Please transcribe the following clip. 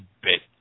bit